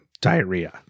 diarrhea